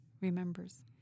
remembers